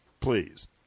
please